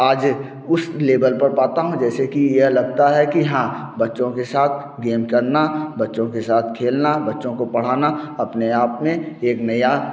आज उस लेबल पर पाता हूँ जैसे कि यह लगता है कि हाँ बच्चों के साथ गेम करना बच्चों के साथ खेलना बच्चों को पढ़ाना अपने आप में एक नया